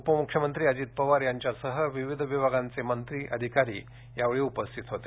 उपमुख्यमंत्री अजित पवार यांच्यासह विविध विभागांचे मंत्री अधिकारी यावेळी उपस्थित होते